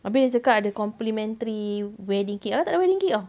habis dia cakap ada complimentary wedding cake kakak tak ada wedding cake [tau]